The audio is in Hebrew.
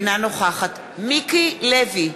אינה נוכחת מיקי לוי,